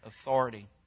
authority